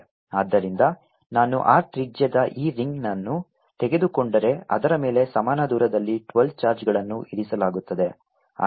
ಆದ್ದರಿಂದ ನಾನು R ತ್ರಿಜ್ಯದ ಈ ರಿಂಗ್ಅನ್ನು ತೆಗೆದುಕೊಂಡರೆ ಅದರ ಮೇಲೆ ಸಮಾನ ದೂರದಲ್ಲಿ 12 ಚಾರ್ಜ್ಗಳನ್ನು ಇರಿಸಲಾಗುತ್ತದೆ